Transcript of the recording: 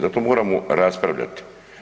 Zato moramo raspravljati.